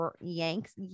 yanks